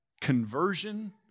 conversion